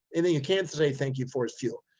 and you can say, thank you for is fuel.